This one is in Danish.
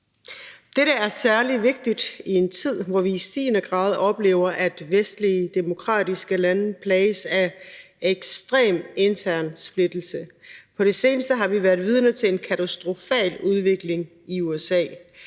Dette er særlig vigtigt i en tid, hvor vi i stigende grad oplever, at vestlige demokratiske lande plages af ekstrem intern splittelse. På det seneste har vi været vidner til en katastrofal udvikling i USA.